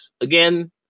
again